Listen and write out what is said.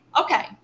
Okay